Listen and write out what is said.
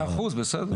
מאה אחוז, בסדר.